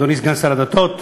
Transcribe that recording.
אדוני סגן שר הדתות,